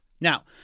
Now